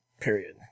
period